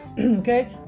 okay